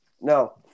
No